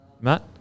Matt